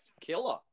killer